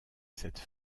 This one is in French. cette